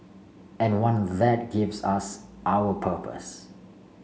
and one that gives us our purpose